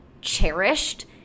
cherished